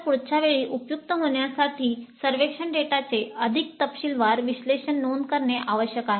तर पुढच्या वेळी उपयुक्त होण्यासाठी सर्वेक्षण डेटाचे अधिक तपशीलवार विश्लेषण नोंद करणे आवश्यक आहे